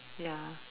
ya